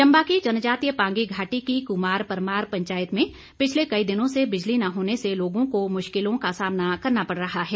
चंबा की जनजातीय पांगी घाटी की कुमार परमार पंचायत में पिछले कई दिनों से बिजली न होने से लोगों को मुश्किलों का सामना करना पड़ रहा है